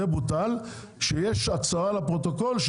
זה בוטל ויש הצעה לפרוטוקול,